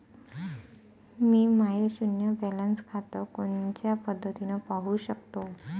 मी माय शुन्य बॅलन्स खातं कोनच्या पद्धतीनं पाहू शकतो?